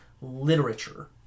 literature